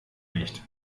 nicht